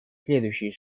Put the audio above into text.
следующие